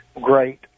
great